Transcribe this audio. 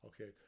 Okay